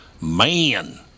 Man